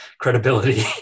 credibility